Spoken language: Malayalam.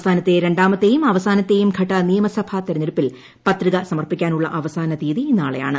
സംസ്ഥാനത്തെ രണ്ടാമത്തെയും അവസാനത്തെയും ഘട്ട നിയമസഭാ തെരഞ്ഞെടുപ്പിൽ പത്രിക സമർപ്പിക്കാനുള്ള അവസാന തീയതി നാളെയാണ്